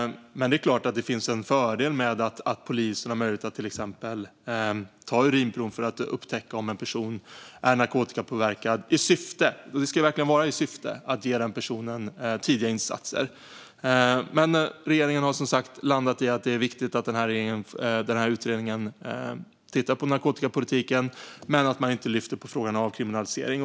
Men givetvis är det en fördel om polisen kan ta urinprov för att upptäcka om en person är narkotikapåverkad i syfte, och det ska verkligen vara i syfte, att ge denna person tidiga insatser. Regeringen har som sagt landat i att det är viktigt att denna utredning tittar på narkotikapolitiken men inte lyfter in frågan om avkriminalisering.